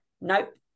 nope